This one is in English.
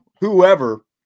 whoever